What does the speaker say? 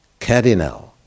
cardinal